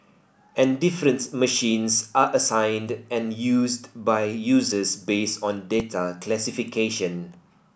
and different machines are assigned and used by users based on data classification